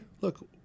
look